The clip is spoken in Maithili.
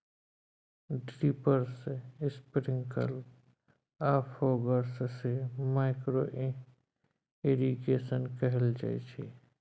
ड्रिपर्स, स्प्रिंकल आ फौगर्स सँ माइक्रो इरिगेशन कहल जाइत छै